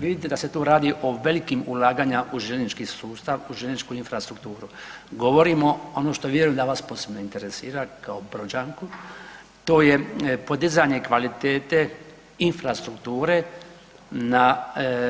Vidite da su tu radi o velikim ulaganja u željeznički sustav, u željezničku infrastrukturu, govorimo ono što vjerujem da vas posebno interesira kao Brođanku, to je podizanje kvalitete infrastrukture na